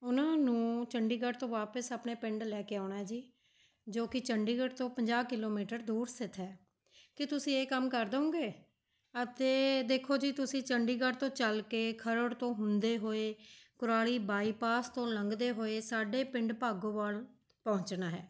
ਉਹਨਾਂ ਨੂੰ ਚੰਡੀਗੜ੍ਹ ਤੋਂ ਵਾਪਿਸ ਆਪਣੇ ਪਿੰਡ ਲੈ ਕੇ ਆਉਣਾ ਜੀ ਜੋ ਕਿ ਚੰਡੀਗੜ੍ਹ ਤੋਂ ਪੰਜਾਹ ਕਿਲੋਮੀਟਰ ਦੂਰ ਸਥਿਤ ਹੈ ਕਿ ਤੁਸੀਂ ਇਹ ਕੰਮ ਕਰ ਦੋਂਗੇ ਅਤੇ ਦੇਖੋ ਜੀ ਤੁਸੀਂ ਚੰਡੀਗੜ੍ਹ ਤੋਂ ਚੱਲ ਕੇ ਖਰੜ ਤੋਂ ਹੁੰਦੇ ਹੋਏ ਕੁਰਾਲੀ ਬਾਈਪਾਸ ਤੋਂ ਲੰਘਦੇ ਹੋਏ ਸਾਡੇ ਪਿੰਡ ਭਾਗੋਵਾਲ ਪਹੁੰਚਣਾ ਹੈ